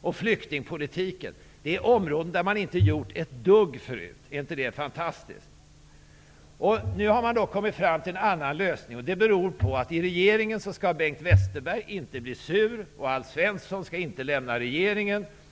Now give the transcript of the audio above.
och flyktingpolitiken. Det är områden där man inte gjort ett dugg förut. Är inte det fantastiskt? Nu har man kommit fram till en annan lösning, och det för att Bengt Westerberg inte skall bli sur och för att Alf Svensson inte skall lämna regeringen.